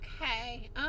Okay